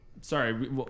Sorry